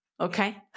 okay